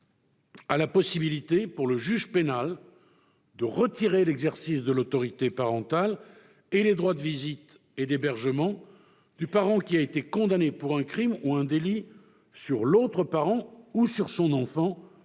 de la possibilité pour le juge pénal de retirer l'exercice de l'autorité parentale et les droits de visite et d'hébergement du parent qui a été condamné pour un crime ou un délit sur l'autre parent ou sur son enfant,